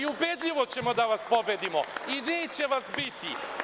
Ubedljivo ćemo da vas pobedimo i neće vas biti.